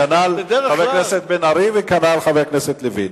כנ"ל חבר הכנסת בן-ארי, וכנ"ל חבר הכנסת לוין.